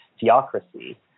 theocracy